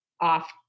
off